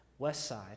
Westside